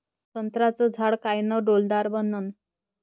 संत्र्याचं झाड कायनं डौलदार बनन?